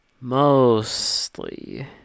Mostly